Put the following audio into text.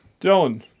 Dylan